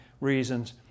reasons